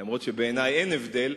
אף שבעיני אין הבדל,